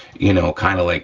you know, kind of like